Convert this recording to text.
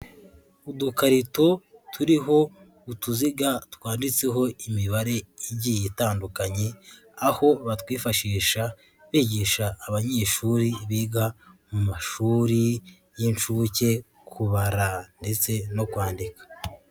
Udukarito turiho utuziga twanditseho imibare igiye itandukanye aho batwifashisha bigisha abanyeshuri biga mu mashiri y'inshuke ku bara ndetse no kwandika.